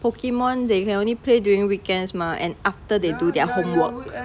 pokemon they you can only play during weekends mah and after they do their homework